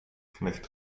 knecht